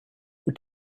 wyt